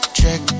check